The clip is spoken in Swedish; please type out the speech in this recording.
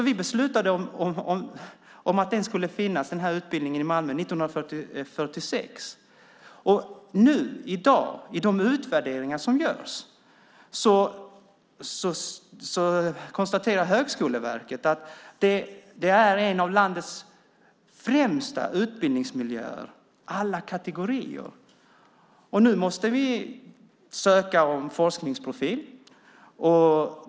Vi beslutade år 1946 att den utbildningen skulle finnas i Malmö. I de utvärderingar som görs nu i dag konstaterar Högskoleverket att det är en av landets främsta utbildningsmiljöer alla kategorier. Nu måste vi söka om forskningsprofil.